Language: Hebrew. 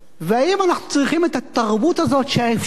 והאם אנחנו צריכים את התרבות הזאת שאפשר